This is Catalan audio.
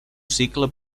cicle